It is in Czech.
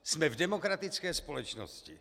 Jsme v demokratické společnosti.